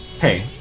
Hey